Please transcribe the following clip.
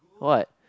what